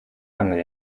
angel